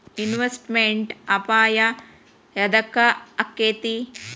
Investment ಅಪಾಯಾ ಯದಕ ಅಕ್ಕೇತಿ?